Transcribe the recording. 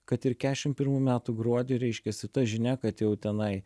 kad ir kešim pirmų metų gruodį reiškiasi ta žinia kad jau tenai